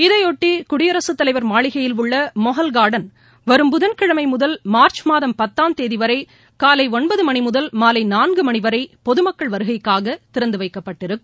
இதையொட்டி குடியரசுத் தலைவர் மாளிகையில் உள்ள மொஹல் கார்டன் வரும் புதன்கிழமை முதல் மார்ச் மாதம் பத்தாம் தேதி வரை காலை ஒன்பது மணி முதல் மாலை நான்கு மணி வரை பொதுமக்கள் வருகைக்காக திறந்து வைக்கப்பட்டிருக்கும்